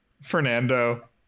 Fernando